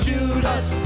Judas